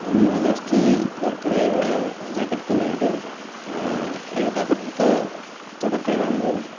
मैले अस्ति भर्खरै एउटा ज्याकेट किनेको थिएँ हेर्दाखेरि त चटक्कै राम्रो